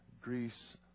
Greece